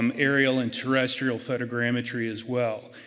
um aerial and terrestrial photogrammetry as well.